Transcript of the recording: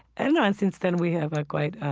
and and since then we had a quite